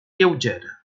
lleuger